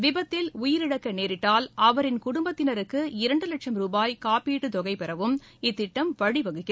விபத்தில் உயிரிழக்க நேரிட்டால் அவரின் குடும்பத்தினருக்கு இரண்டு வட்சும் ரூபாய் காப்பீடு தொகை பெறவும் இத்திட்டம் வழிவகுக்கும்